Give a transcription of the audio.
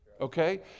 okay